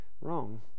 wrong